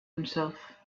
himself